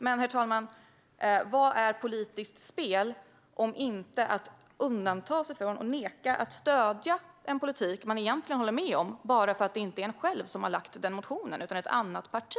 Men, herr talman, vad är politiskt spel om inte att neka att stödja en politik som man egentligen håller med om bara för att det inte är man själv som har väckt motionen utan ett annat parti?